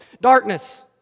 darkness